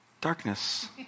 Darkness